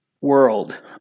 world